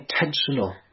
intentional